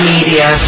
Media